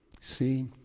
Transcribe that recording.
See